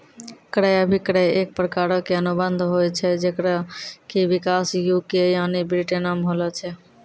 क्रय अभिक्रय एक प्रकारो के अनुबंध होय छै जेकरो कि विकास यू.के यानि ब्रिटेनो मे होलो छै